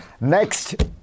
Next